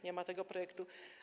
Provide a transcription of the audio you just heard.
Nie ma tego projektu.